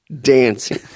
dancing